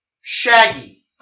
Shaggy